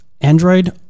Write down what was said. Android